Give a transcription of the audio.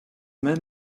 man